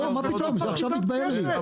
לא, מה פתאום, זה עכשיו התבהר לי.